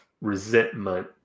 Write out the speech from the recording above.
resentment